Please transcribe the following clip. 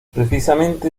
precisamente